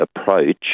approach